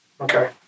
Okay